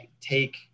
take